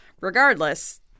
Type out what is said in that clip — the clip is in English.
Regardless